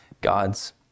gods